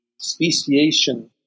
speciation